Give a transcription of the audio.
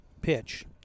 pitch